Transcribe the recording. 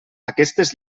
aquestes